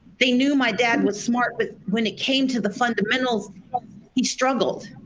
they knew my dad was smart but when it came to the fundamentals he struggled.